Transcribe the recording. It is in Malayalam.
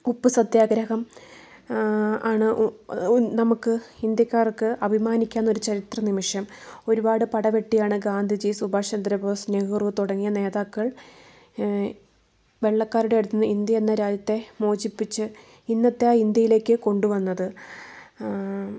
ഉപ്പ് സത്യാഗ്രഹം ആണ് നമുക്ക് ഇന്ത്യക്കാർക്ക് അഭിമാനിക്കാവുന്ന ഒരു ചരിത്ര നിമിഷം ഒരുപാട് പടവെട്ടിയാണ് ഗാന്ധിജി സുഭാഷ് ചന്ദ്രബോസ് നെഹ്റു തുടങ്ങിയ നേതാക്കൾ വെള്ളക്കാരുടെ അടുത്ത് നിന്ന് ഇന്ത്യ എന്ന രാജ്യത്തെ മോചിപ്പിച്ച് ഇന്നത്തെ ഇന്ത്യയിലേക്ക് കൊണ്ട് വന്നത്